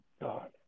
God